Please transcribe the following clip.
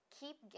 keep